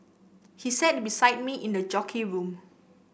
he sat beside me in the jockey room